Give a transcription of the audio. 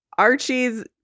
Archie's